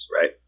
Right